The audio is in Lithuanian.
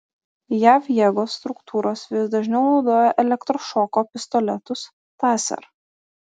jav jėgos struktūros vis dažniau naudoja elektrošoko pistoletus taser